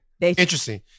Interesting